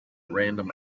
random